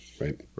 right